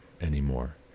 anymore